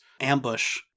ambush